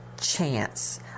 chance